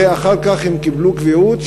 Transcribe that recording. ואחר כך הם קיבלו קביעות,